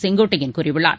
செங்கோட்டையன் கூறியுள்ளார்